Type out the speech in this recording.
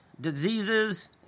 diseases